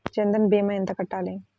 జన్ధన్ భీమా ఎంత కట్టాలి?